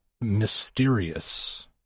mysterious